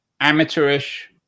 amateurish